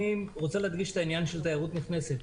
רוצה להדגיש את העניין של תיירות נכנסת.